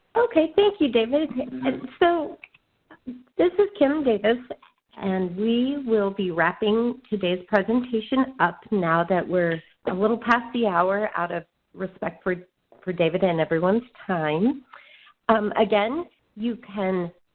okay thank you david, and so this is kim davis and we will be wrapping today's presentation up now that we're a little past the hour out of respect for for david and everyone's time again you can